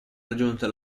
raggiunto